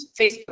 Facebook